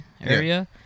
area